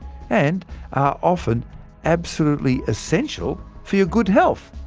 and are often absolutely essential for your good health.